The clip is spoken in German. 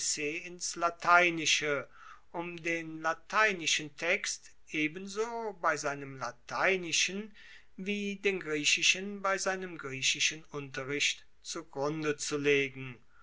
ins lateinische um den lateinischen text ebenso bei seinem lateinischen wie den griechischen bei seinem griechischen unterricht zu grunde zu legen